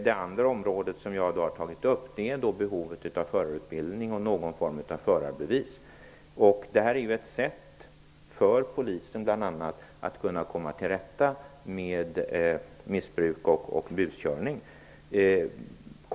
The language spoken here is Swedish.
Det andra område som jag har tagit upp är behovet av förarutbildning och någon form av förarbevis. Det är ett sätt för polisen att kunna komma till rätta med missbruk och buskörning.